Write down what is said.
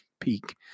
peak